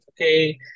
okay